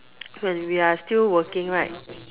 when we are still working right